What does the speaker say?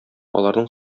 аларның